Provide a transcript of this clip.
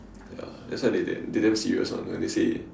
ya that's why they they damn serious [one] when they say